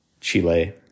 Chile